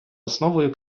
основою